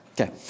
Okay